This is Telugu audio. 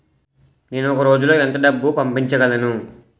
నేను ఒక రోజులో ఎంత డబ్బు పంపించగలను?